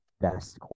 best